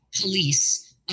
police